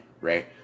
right